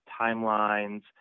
timelines